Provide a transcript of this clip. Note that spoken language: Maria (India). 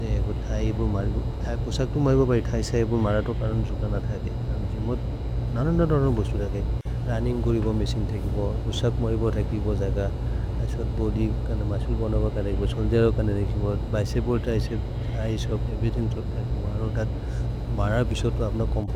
दे बोथैबु मरिबु। पोसक् तु मैबु भै थैसैबु मरतो करन् जुकनथगै। करन् जिमोत् ननन्द दन भुसुतगै, रनिम् गुरि भ मेसिन् थकिबु, भुसक् मरिबु अतकिबु जग। असोत् बोदि कन मसुल् बन बक रेइबु, सोल् जरोकने रेइकिबु, भैसेबोत् ऐसेब्, थैस, एव्रितिम् तो अतकिबु। अरोत् अत् मरपिसोतो अब्न कोम्फोर्तबिलि।